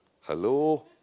Hello